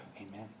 amen